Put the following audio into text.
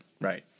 right